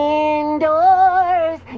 indoors